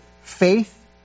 Faith